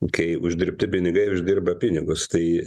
kai uždirbti pinigai uždirba pinigus tai